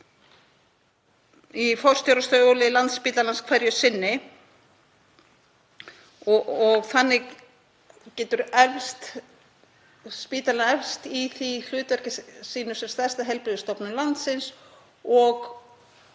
í forstjórastóli Landspítalans hverju sinni. Þannig getur spítalinn eflst í hlutverki sínu sem stærsta heilbrigðisstofnun landsins og